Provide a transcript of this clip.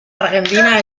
argentinas